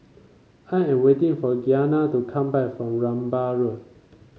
I am waiting for Gianna to come back from Rambai Road